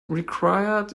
required